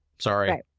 Sorry